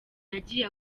yagiye